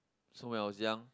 so when I was young